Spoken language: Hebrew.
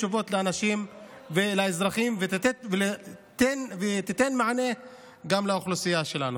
תשובות לאנשים ולאזרחים ושתיתן מענה גם לאוכלוסייה שלנו.